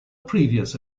previous